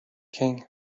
king